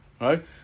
right